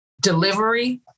delivery